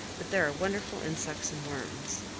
but there are wonderful insects and worms.